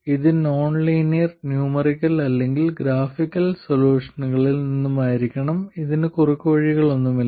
ഇത് non linear numerical അല്ലെങ്കിൽ graphical സൊല്യൂഷനുകളിൽ നിന്നായിരിക്കണം ഇതിന് കുറുക്കുവഴികളൊന്നുമില്ല